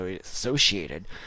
associated